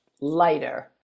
lighter